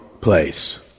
place